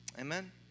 amen